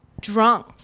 drunk